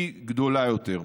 היא גדולה יותר.